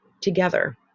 together